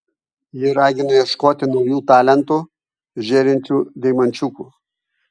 ji ragina ieškoti naujų talentų žėrinčių deimančiukų